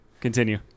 continue